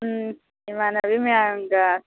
ꯎꯝ ꯏꯃꯥꯅꯕꯤ ꯃꯌꯥꯝꯗ